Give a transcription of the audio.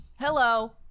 Hello